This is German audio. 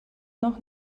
noch